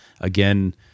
again